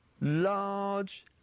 large